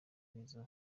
n’izo